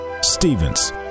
Stevens